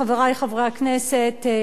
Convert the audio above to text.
חברי חברי הכנסת,